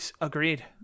Agreed